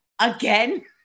again